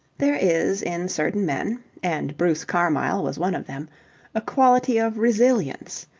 there is in certain men and bruce carmyle was one of them a quality of resilience,